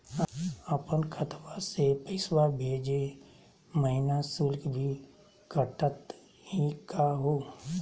अपन खतवा से पैसवा भेजै महिना शुल्क भी कटतही का हो?